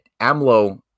AMLO